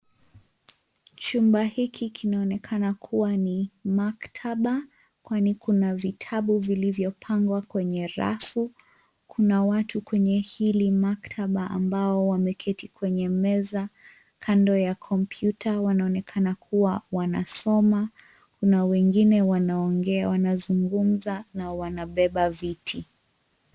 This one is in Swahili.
Chumba hiki kinaonekana kuwa ni maktaba, kwani kuna vitabu vilivyopangwa kwenye rafu. Kuna watu kwenye hili maktaba ambao wameketi kwenye meza, kando ya kompyuta wanaonekana kuwa wanasoma. Kuna wengine wanaongea, wanazungumza na wanabeba viti.